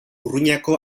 urruñako